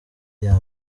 iya